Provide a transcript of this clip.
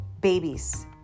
babies